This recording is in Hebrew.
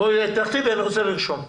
תגידי ואני רוצה לרשום.